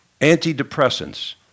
Antidepressants